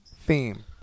theme